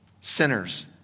Sinners